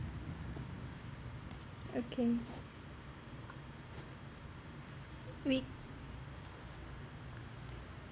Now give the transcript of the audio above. okay we~